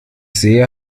sehe